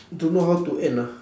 don't know how to end ah